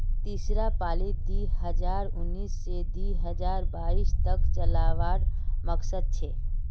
तीसरा पालीत दी हजार उन्नीस से दी हजार बाईस तक चलावार मकसद छे